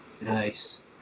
nice